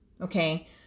Okay